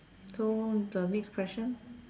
so the next question